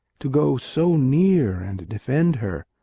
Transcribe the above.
to go so near and defend her,